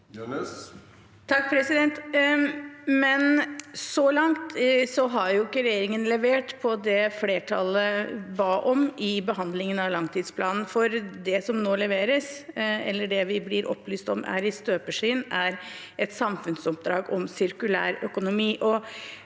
Men så langt har jo ikke regjeringen levert på det flertallet ba om i behandlingen av langtidsplanen, for det som nå leveres, eller det vi blir opplyst om er i støpeskjeen, er et samfunnsoppdrag om sirkulærøkonomi.